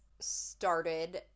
started